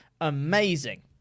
amazing